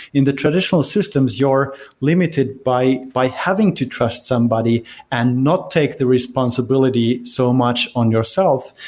in the traditional systems you're limited by by having to trust somebody and not take the responsibility so much on yourself.